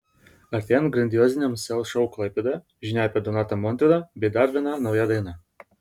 artėjant grandioziniam sel šou klaipėdoje žinia apie donatą montvydą bei dar vieną naują dainą